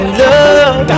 love